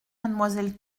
mademoiselle